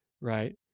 right